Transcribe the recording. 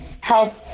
help